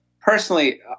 Personally